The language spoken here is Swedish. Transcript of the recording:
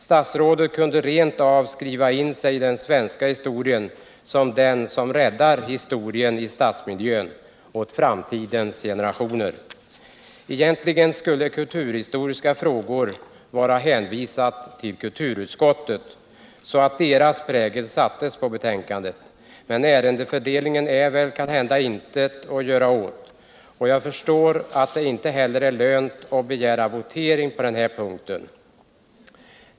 Statsrådet kunde rent av skriva in sig i den svenska historien som den som räddar historien i stadsmiljön åt framtidens generationer. Fgentligen borde kulturhistoriska frågor vara hänvisade till kulturutskottet, så att dess prägel sattes på betänkandet. Men ärendefördelningen är kanhända inget att göra åt. Jag förstår att det inte heller är lönt att begära votering på den punkten.